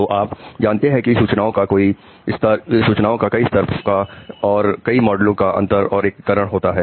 तो आप जानते हैं कि सूचनाओं का कई स्तरों का और कई मॉडलों का अंतर और एकीकरण होता है